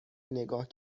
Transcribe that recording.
نگاه